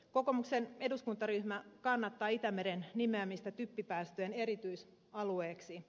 kokoomuksen eduskuntaryhmä kannattaa itämeren nimeämistä typpipäästöjen erityisalueeksi